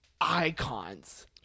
icons